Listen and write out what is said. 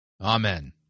Amen